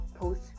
post